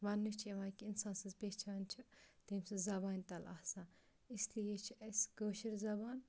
وَننہٕ چھِ یِوان کہِ اِنسان سٕنٛز پہچان چھِ تٔمۍ سٕنٛز زبانہِ تَل آسان اِسلیے چھِ اَسہِ کٲشِر زبان